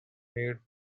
made